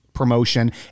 promotion